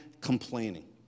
complaining